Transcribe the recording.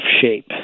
shape